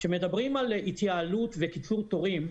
כשמדברים על התייעלות וקיצור תורים,